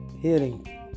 hearing